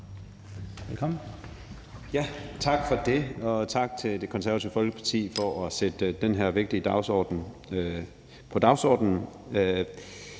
Melson (V): Tak for det, og tak til Det Konservative Folkeparti for at sætte det her vigtige emne på dagsordenen.